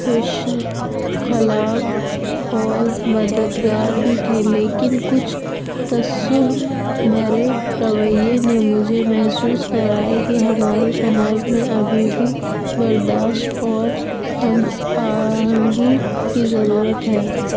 خوش اخلاق اور مددگار بھی تھے لیکن کچھ تعصب بھرے رویے نے مجھے محسوس کرائے کہ ہمارے سماج میں ابھی بھی برداشت اور ہم آہنگی کی ضرورت ہے